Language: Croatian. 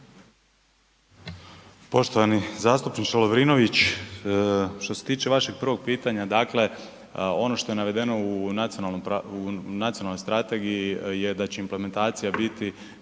Poštovani zastupniče Lovrinović. Što se tiče vašeg prvog pitanja, dakle ono što je navedeno u nacionalnoj strategiji je da će implementacija biti